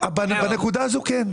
בנקודה הזו כן.